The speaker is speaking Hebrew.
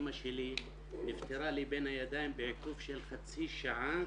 אמא שלי נפטרה לי בידיים בעיכוב של חצי שעה